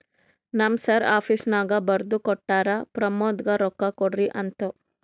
ನಮ್ ಸರ್ ಆಫೀಸ್ನಾಗ್ ಬರ್ದು ಕೊಟ್ಟಾರ, ಪ್ರಮೋದ್ಗ ರೊಕ್ಕಾ ಕೊಡ್ರಿ ಅಂತ್